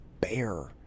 bear